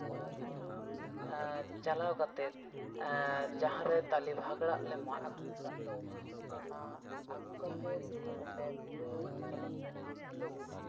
ᱠᱚᱲᱟ ᱜᱤᱫᱽᱨᱟᱹ ᱪᱟᱞᱟᱣ ᱠᱟᱛᱮᱫ ᱡᱟᱦᱟᱸᱨᱮ ᱛᱟᱞᱮ ᱯᱷᱟᱹᱠᱲᱟᱹᱜ ᱞᱮ ᱢᱟᱜ ᱟᱹᱜᱩ ᱟᱠᱟᱫ ᱫᱚ ᱚᱱᱟ ᱟᱹᱜᱩ ᱠᱟᱛᱮᱫ ᱚᱸᱰᱮ ᱯᱩᱨᱟᱹ ᱦᱚᱞᱚᱝ ᱦᱩᱲᱩᱝ ᱦᱤᱞᱳᱜ